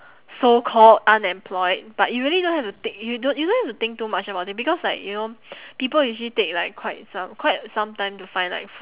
so called unemployed but you really don't have to thi~ you don~ you don't have to think too much about it because like you know people usually take like quite some quite some time to find like